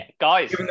guys